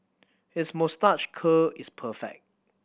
his moustache curl is perfect